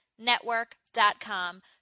Network.com